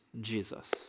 Jesus